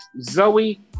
Zoe